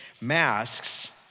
Masks